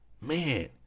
man